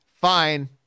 fine